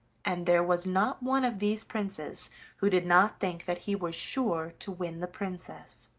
and there was not one of these princes who did not think that he was sure to win the princess.